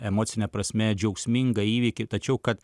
emocine prasme džiaugsmingą įvykį tačiau kad